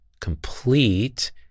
complete